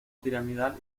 piramidal